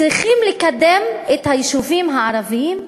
צריכים לקדם את היישובים הערביים,